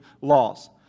laws